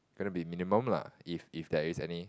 going to be minimum lah if if there is any